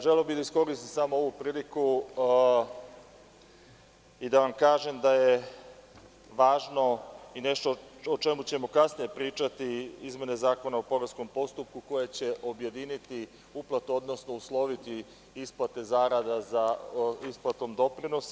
Želeo bih da iskoristim ovu priliku i da vam kažem da je važno i nešto o čemu ćemo kasnije pričati, izmene Zakona o poreskom postupku, koje će objediniti uplatu, odnosno usloviti isplate zarada sa isplatom doprinosa.